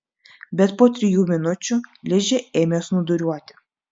bet po trijų minučių ližė ėmė snūduriuoti